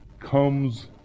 comes